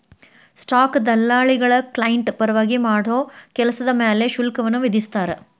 stock ದಲ್ಲಾಳಿಗಳ client ಪರವಾಗಿ ಮಾಡೋ ಕೆಲ್ಸದ್ ಮ್ಯಾಲೆ ಶುಲ್ಕವನ್ನ ವಿಧಿಸ್ತಾರ